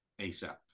ASAP